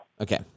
Okay